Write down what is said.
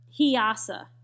Hiyasa